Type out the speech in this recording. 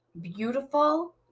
beautiful